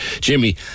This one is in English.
Jimmy